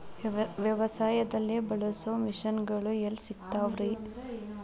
ವ್ಯವಸಾಯದಲ್ಲಿ ಬಳಸೋ ಮಿಷನ್ ಗಳು ಎಲ್ಲಿ ಸಿಗ್ತಾವ್ ರೇ?